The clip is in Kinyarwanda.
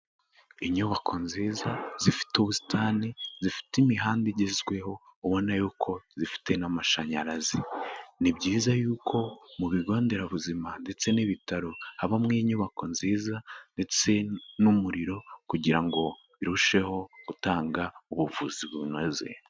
Inyubako nziza zifite ubusitani, zifite imihanda igezweho ubona y'uko zifite n'amashanyarazi, ni byiza y'uko mu bigo nderabuzima ndetse n'ibitaro habamo inyubako nziza ndetse n'umuriro kugira ngo birusheho gutanga ubuvuzi bunoze.